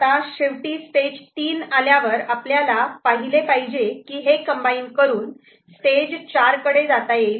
आता शेवटी स्टेज 3 आल्यावर आपल्याला पाहिले पाहिजे की हे कम्बाईन करून स्टेज 4 कडे जाता येईल का